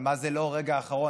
אבל מה זה לא רגע אחרון?